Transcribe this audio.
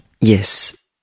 Yes